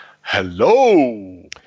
Hello